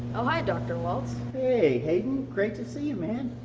oh hi, dr. walts. hey hayden. great to see you, man.